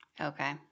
Okay